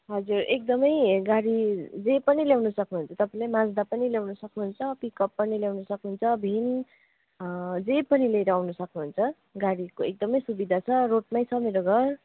हजुर एकदमै गाडी जे पनि ल्याउनु सक्नुहुन्छ तपाईँले माज्दा पनि ल्याउनु सक्नुहुन्छ पिकअप पनि ल्याउनु सक्नुहुन्छ भेन जे पनि लिएर आउनु सक्नुहुन्छ गाडीको एकदमै सुविधा छ रोडमै छ मेरो घर